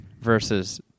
versus